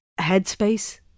headspace